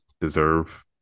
deserve